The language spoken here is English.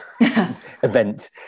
event